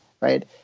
right